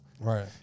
Right